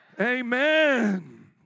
Amen